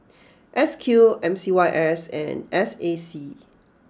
S Q M C Y S and S A C